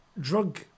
drug